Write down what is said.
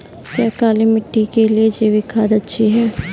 क्या काली मिट्टी के लिए जैविक खाद अच्छी है?